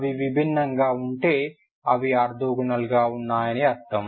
అవి విభిన్నంగా ఉంటే అవి ఆర్తోగోనల్ గా ఉన్నాయని అర్థం